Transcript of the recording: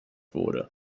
wurde